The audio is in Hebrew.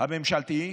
הממשלתיים,